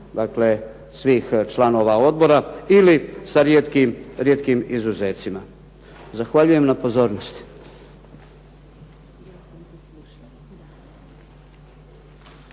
svih članova odbora ili sa rijetkim izuzecima. Zahvaljujem na pozornosti.